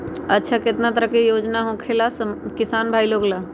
अच्छा कितना तरह के योजना होखेला किसान भाई लोग ला?